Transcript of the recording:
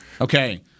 Okay